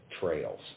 trails